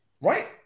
right